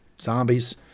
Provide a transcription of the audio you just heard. Zombies